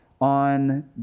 on